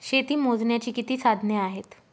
शेती मोजण्याची किती साधने आहेत?